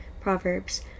proverbs